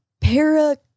Para